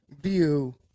view